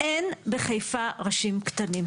אין בחיפה ראשים קטנים.